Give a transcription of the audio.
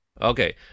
Okay